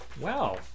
wow